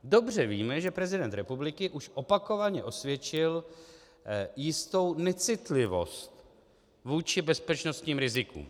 Dobře víme, že prezident republiky už opakovaně osvědčil jistou necitlivost vůči bezpečnostním rizikům.